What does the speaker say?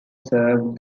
served